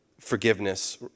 forgiveness